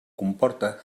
comporta